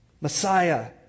Messiah